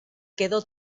quedó